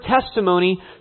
testimony